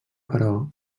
però